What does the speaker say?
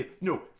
No